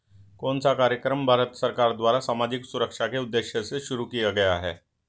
कौन सा कार्यक्रम भारत सरकार द्वारा सामाजिक सुरक्षा के उद्देश्य से शुरू किया गया है?